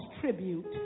tribute